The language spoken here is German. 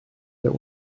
der